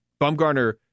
Bumgarner